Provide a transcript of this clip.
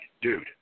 dude